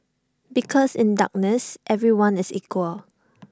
because in darkness everyone is equal